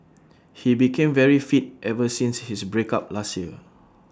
he became very fit ever since his break up last year